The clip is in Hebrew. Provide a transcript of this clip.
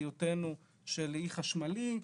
היותנו אי חשמלי,